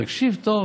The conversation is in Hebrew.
תקשיב טוב,